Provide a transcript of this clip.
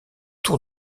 tour